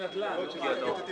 זה ברמת ההתייעצות.